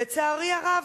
לצערי הרב,